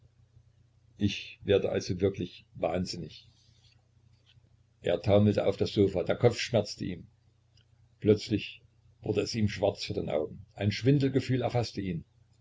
ich werde also wirklich wahnsinnig er taumelte auf das sofa der kopf schmerzte ihn plötzlich wurde es ihm schwarz vor den augen ein schwindelgefühl erfaßte ihn